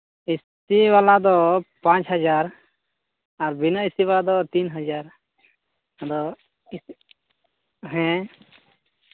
ᱮᱹᱥᱤ ᱵᱟᱞᱟ ᱫᱚ ᱯᱟᱸᱪ ᱦᱟᱡᱟᱨ ᱟᱨ ᱵᱤᱱᱟᱹ ᱮᱹᱥᱤ ᱵᱟᱞᱟ ᱫᱚ ᱛᱤᱱ ᱦᱟᱡᱟᱨ ᱟᱫᱚ ᱦᱮᱸ